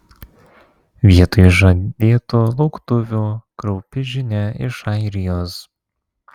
vietoj žadėtų lauktuvių kraupi žinia iš airijos